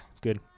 good